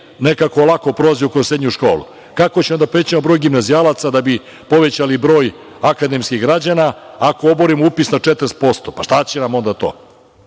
nekako lako prođu kroz srednju školu? Kako će onda proći broj gimnazijalaca da bi povećali broj akademskih građana, ako oborimo upis na 40%. Pa, šta će nam onda to?